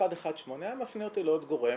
118 היה מפנה אותי לעוד גורם.